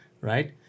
right